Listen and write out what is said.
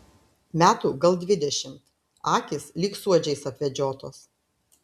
metų gal dvidešimt akys lyg suodžiais apvedžiotos